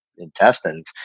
intestines